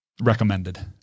Recommended